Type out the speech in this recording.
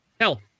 hell